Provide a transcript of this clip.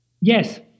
Yes